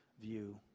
view